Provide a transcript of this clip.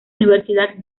universidad